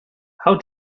how